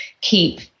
keep